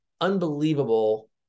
unbelievable